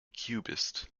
cubist